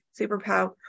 Superpower